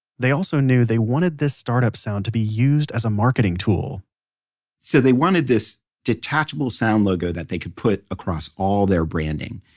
they also knew that they wanted this startup sound to be used as a marketing tool so they wanted this detachable sound logo that they could put across all their branding.